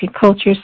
cultures